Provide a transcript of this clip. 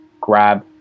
grab